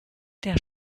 der